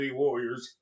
warriors